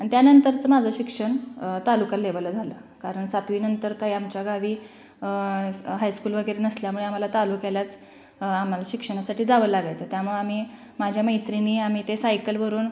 आणि त्यानंतरचं माझं शिक्षण तालुका लेव्हलला झालं कारण सातवीनंतर काय आमच्या गावी हायस्कूल वगैरे नसल्यामुळे आम्हाला तालुक्यालाच आम्हाला शिक्षणासाठी जावं लागायचं त्यामुळे आम्ही माझ्या मैत्रिणी आम्ही ते सायकलवरून